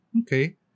Okay